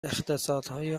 اقتصادهای